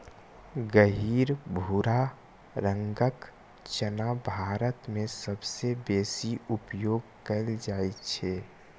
गहींर भूरा रंगक चना भारत मे सबसं बेसी उपयोग कैल जाइ छै